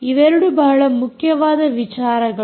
ಇವೆರಡೂ ಬಹಳ ಮುಖ್ಯವಾದ ವಿಚಾರಗಳು